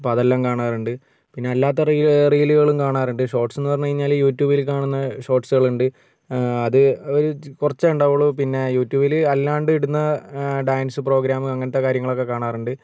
അപ്പതെല്ലാം കാണാറുണ്ട് പിന്നെ അല്ലാത്ത റീലുകൾ റീലുകളും കാണാറുണ്ട് ഷോർട്ട്സി എന്ന് പറഞ്ഞ് കഴിഞ്ഞാൽ യൂട്യൂബിൽ കാണുന്ന ഷോർട്ട്സികളുണ്ട് അത് ഒരു കുറച്ചെ ഉണ്ടാവൊള്ളൂ പിന്നെ യൂട്യൂബിൽ അല്ലാണ്ട് ഇടുന്ന ഡാൻസ് പ്രോഗ്രാമ് അങ്ങനത്തെ കാര്യങ്ങളൊക്കെ കാണാറുണ്ട്